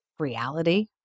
reality